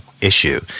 issue